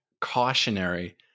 cautionary